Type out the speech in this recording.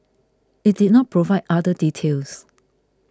it did not provide other details